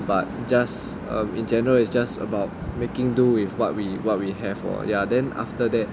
but just um in general is just about making do with what we what we have lor ya then after that